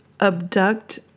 abduct